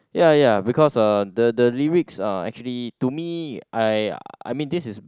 ya ya because uh the the lyrics uh actually to me I I mean this is